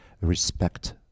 respect